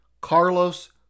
Carlos